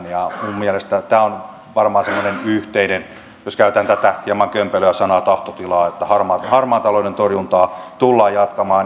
minun mielestäni tämä on varmaan sellainen yhteinen jos käytän tätä hieman kömpelöä sanaa tahtotila että harmaan talouden torjuntaa tullaan jatkamaan